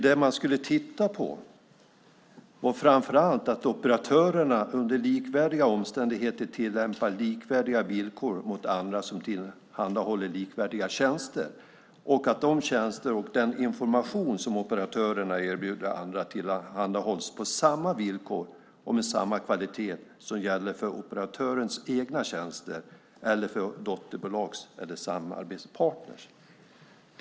Det man skulle titta på var framför allt att operatörerna under likvärdiga omständigheter tillämpar likvärdiga villkor mot andra som tillhandahåller likvärdiga tjänster och att de tjänster och den information som operatörerna erbjuder andra tillhandahålls på samma villkor och med samma kvalitet som det som gäller för operatörens egna tjänster eller för dotterbolags eller samarbetspartners tjänster.